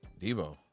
Debo